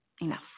enough